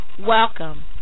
Welcome